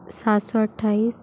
सात सौ अट्ठाईस